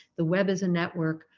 the web as a network.